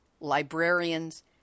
librarians